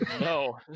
no